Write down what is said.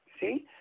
see